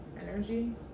energy